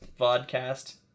vodcast